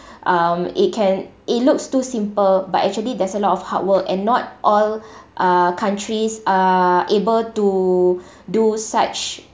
um it can it looks too simple but actually there's a lot of hard work and not all uh countries are able to do such